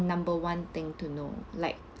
number one thing to know like